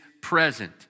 present